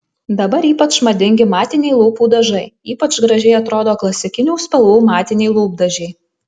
dabar ypač madingi matiniai lūpų dažai ypač gražiai atrodo klasikinių spalvų matiniai lūpdažiai